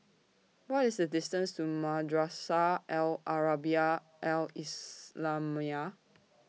What IS The distance to Madrasah Al Arabiah Al Islamiah